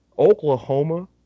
Oklahoma